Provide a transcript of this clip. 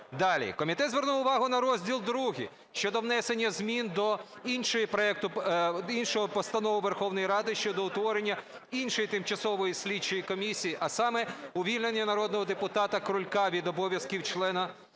комітет звернув увагу на розділ ІІ щодо внесення змін до іншої постанови Верховної Ради щодо утворення іншої тимчасової слідчої комісії, а саме увільнення народного депутата Крулька від обов'язків члена цієї